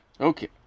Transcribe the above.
Okay